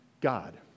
God